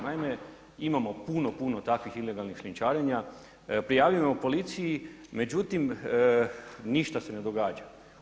Naime, imamo puno, puno takvih ilegalnih šljunčarenja, prijavljujemo policiji međutim ništa se ne događa.